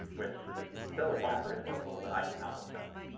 which is totally fine for his workflow, but i cannot work that way.